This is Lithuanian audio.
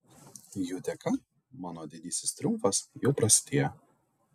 jų dėka mano didysis triumfas jau prasidėjo